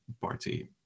party